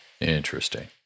Interesting